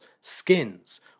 skins